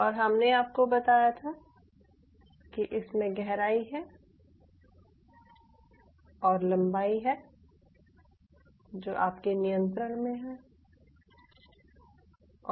और हमने आपको बताया था कि इसमें गहराई है और लंबाई है जो आपके नियंत्रण में है